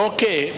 Okay